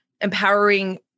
empowering